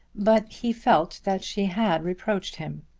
but he felt that she had reproached him.